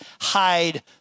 hide